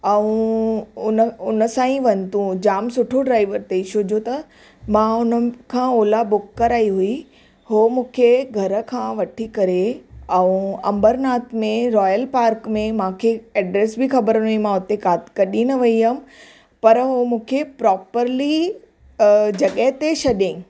ऐं उन सां ई वञ तूं जाम सुठो ड्राइवर अथई छोजो त मां उन खां ओला बुक कराई हुई उहो मूंखे घर खां वठी करे ऐं अंबरनाथ में रॉयल पार्क में मूंखे एड्रेस बि ख़बर न हुई मां उते कॾहिं न वई हुअमि पर उहो मूंखे हुते प्रॉपर्ली जॻह ते छॾईं